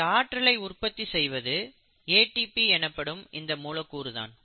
இந்த ஆற்றலை உற்பத்தி செய்வது ஏடிபி எனப்படும் இந்த மூலக்கூறு தான்